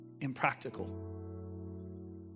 impractical